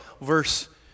verse